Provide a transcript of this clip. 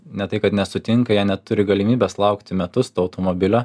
ne tai kad nesutinka jie neturi galimybės laukti metus to automobilio